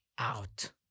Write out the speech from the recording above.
out